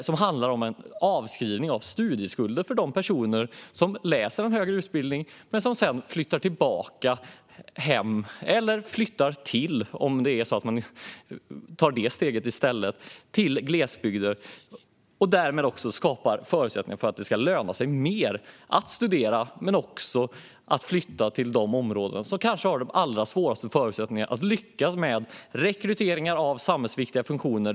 Det handlar om en avskrivning av studieskulderna för de personer som läser en högre utbildning och sedan flyttar tillbaka hem eller flyttar till glesbygden. Härmed skapas en förutsättning för att det ska löna sig att studera och sedan flytta till de områden som kanske har svårast att lyckas med rekryteringar av samhällsviktiga funktioner.